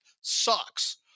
sucks